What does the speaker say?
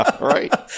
Right